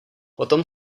potom